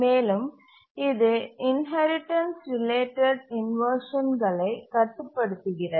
மேலும் இது inheritance related இன்வர்ஷன்களை கட்டுப்படுத்துகிறது